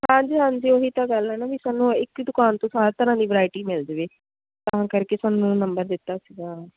ਹਾਂਜੀ ਹਾਂਜੀ ਉਹ ਹੀ ਤਾਂ ਗੱਲ ਹੈ ਨਾ ਵੀ ਸਾਨੂੰ ਇੱਕ ਹੀ ਦੁਕਾਨ ਤੋਂ ਸਾਰੇ ਤਰ੍ਹਾਂ ਦੀ ਵਿਰਾਇਟੀ ਮਿਲ ਜਾਵੇ ਤਾਂ ਕਰਕੇ ਸਾਨੂੰ ਨੰਬਰ ਦਿੱਤਾ ਸੀਗਾ